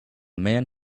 man